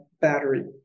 battery